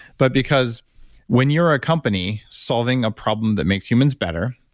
but because when you're a company solving a problem that makes humans better,